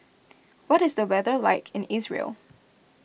what is the weather like in Israel